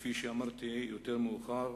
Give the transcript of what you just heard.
כפי שאמרתי יותר מאוחר,